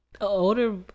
older